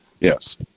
yes